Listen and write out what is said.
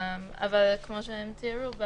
אבל כמו שהם תיארו,